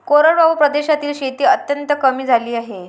कोरडवाहू प्रदेशातील शेती अत्यंत कमी झाली आहे